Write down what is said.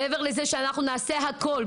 מעבר לזה שאנחנו נעשה הכול,